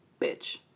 bitch